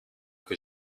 que